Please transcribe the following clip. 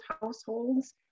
households